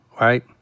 right